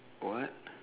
what